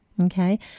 Okay